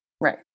Right